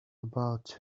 about